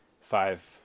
five